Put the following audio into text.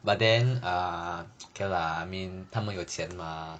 but then err okay lah mean 他们有钱 mah